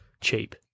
cheap